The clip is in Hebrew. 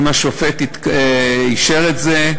אם השופט אישר את זה.